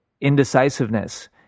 indecisiveness